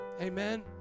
Amen